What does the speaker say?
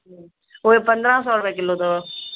उहे पंद्रहं सौ रुपे किलो अथव